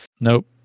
Nope